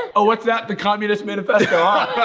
oh what's that? the communist manifesto huh?